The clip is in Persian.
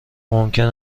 ممکنه